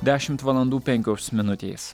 dešimt valandų penkios minutės